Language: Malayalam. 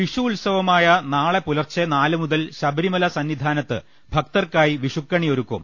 വിഷു ഉത്സവമായ നാളെപുലർച്ചെ നാലു മുതൽ ശബരിമല സന്നി ധാനത്ത് ഭക്തർക്കായി വിഷുക്കണി ഒരുക്കും